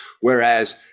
Whereas